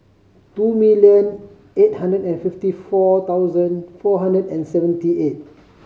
two million eight hundred and fifty four thousand four hundred and seventy eight